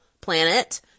planet